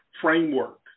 framework